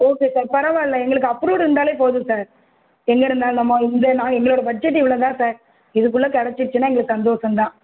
okay sir பரவாயில்லை எங்களுக்கு approved இருந்தாலே போதும் சார் எங்கே இருந்தாலும் நம்ம இந்த நான் எங்களோடய பட்ஜெட்டு இவ்வளோ தான் சார் இதுக்குள்ள கிடச்சிடுச்சின்னா எங்களுக்கு சந்தோஷந்தான்